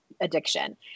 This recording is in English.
addiction